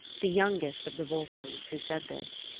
the youngest of the volsungs, who said this.